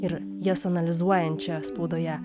ir jas analizuojančią spaudoje